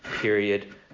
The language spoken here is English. period